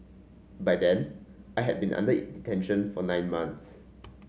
by then I had been under detention for nine months